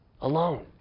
alone